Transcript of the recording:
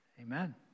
Amen